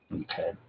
Okay